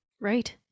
Right